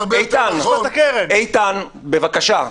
איתן, בבקשה.